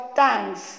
thanks